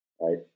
right